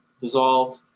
dissolved